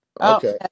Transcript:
okay